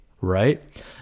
right